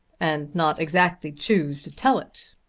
and not exactly choose to tell it.